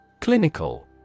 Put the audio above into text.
Clinical